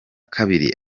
kabiri